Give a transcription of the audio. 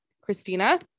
Christina